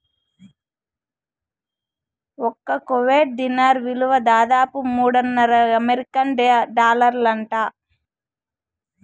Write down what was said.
ఒక్క Kuwait dinar ఇలువ దాదాపు మూడున్నర అమెరికన్ డాలర్లంట